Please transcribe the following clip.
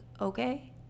okay